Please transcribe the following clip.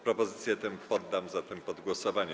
Propozycję tę poddam zatem pod głosowanie.